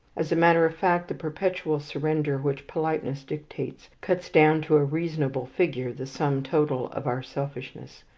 as a matter of fact, the perpetual surrender which politeness dictates cuts down to a reasonable figure the sum total of our selfishness.